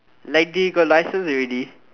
like they got license already